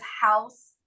House